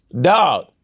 dog